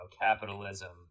capitalism